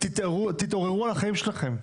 תתעוררו על החיים שלכם.